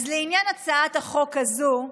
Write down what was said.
לעניין הצעת החוק הזאת,